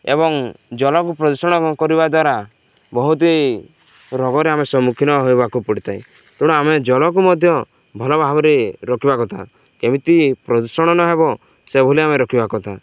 ଏବଂ ଜଳକୁ ପ୍ରଦୂଷଣ କରିବା ଦ୍ୱାରା ବହୁତ ରୋଗରେ ଆମେ ସମ୍ମୁଖୀନ ହେବାକୁ ପଡ଼ିଥାଏ ତେଣୁ ଆମେ ଜଳକୁ ମଧ୍ୟ ଭଲ ଭାବରେ ରଖିବା କଥା କେମିତି ପ୍ରଦୂଷଣ ନ ହେବ ସେଭଳି ଆମେ ରଖିବା କଥା